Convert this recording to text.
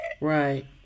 Right